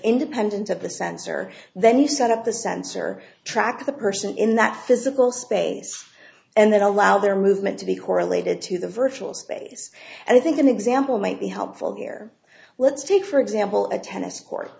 independent of the sensor then you set up the sensor track of the person in that physical space and that allow their movement to be correlated to the virtual space and i think an example might be helpful here let's take for example a tennis court